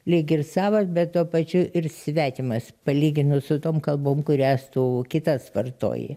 lyg ir savas bet tuo pačiu ir svetimas palyginus su tom kalbom kurias tu kitas vartoji